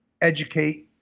educate